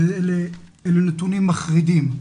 ואלה נתונים מחרידים.